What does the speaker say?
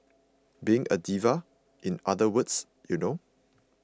being a diva in other words you know